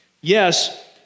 yes